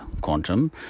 quantum